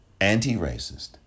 Anti-racist